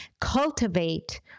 cultivate